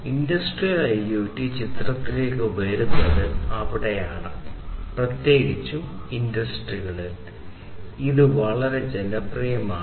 industrial IoT ചിത്രത്തിലേക്ക് വരുന്നത് അവിടെയാണ് പ്രത്യേകിച്ചും ഇൻഡസ്ട്രികളിൽ ഇത് വളരെ ജനപ്രിയമാണ്